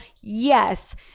yes